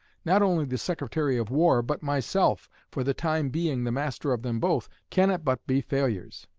not only the secretary of war but myself, for the time being the master of them both, cannot but be failures.